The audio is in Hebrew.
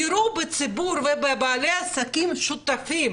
תראו בציבור ובבעלי העסקים שותפים